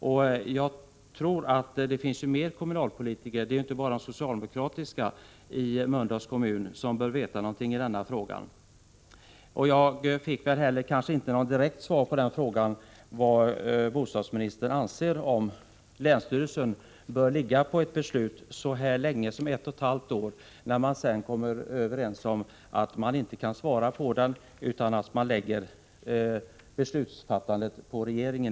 Det finns ju i Mölndals kommun fler kommunalpolitiker än de socialdemokratiska som bör få veta något i det här ärendet. Jag fick inte något direkt svar på frågan om bostadsministern anser att länsstyrelsen bör ligga så länge som ett och ett halvt år på ett beslut för att sedan komma fram till att man inte kan fatta något avgörande, varför man i stället hänskjuter beslutsfattandet till regeringen.